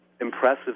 impressive